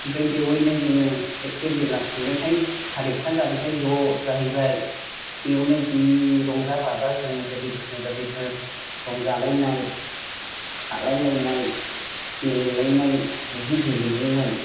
ओमफ्राय बेवहायनो जोङो एखे बेलासिब्लाथाय सारिथा जाब्लाथाय ज' जाहैबाय बेवनो जि रंजा बाजा जोङो गोरलैफोरजों गोरलैफोर रंजालायनाय खारलाय लायनाय गेले लायनाय बिदि गेलेयोमोन